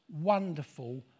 wonderful